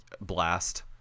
blast